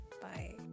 Bye